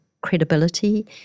credibility